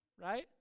right